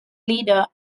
leader